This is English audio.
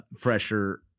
pressure